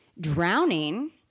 drowning